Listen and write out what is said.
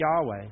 Yahweh